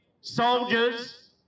soldiers